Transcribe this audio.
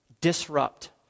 disrupt